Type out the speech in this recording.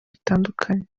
bitandukanye